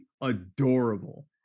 adorable